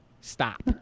stop